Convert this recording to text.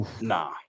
Nah